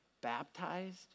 baptized